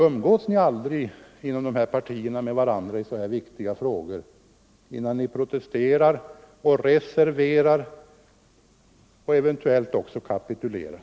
Umgås ni aldrig inom era respektive partier i sådana viktiga frågor, innan ni protesterar och reserverar er och eventuellt också kapitulerar?